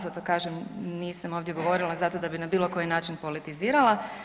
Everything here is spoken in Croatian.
Zato kažem, nisam ovdje govorila zato da bi na bilo koji način politizirala.